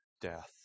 death